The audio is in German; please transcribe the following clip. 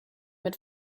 mit